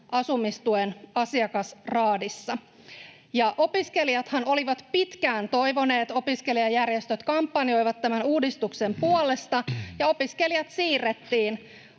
asumistuen asiakasraadissa. Opiskelijathan olivat pitkään toivoneet uudistusta, ja opiskelijajärjestöt kampanjoivat tämän uudistuksen puolesta, ja opiskelijat siirrettiin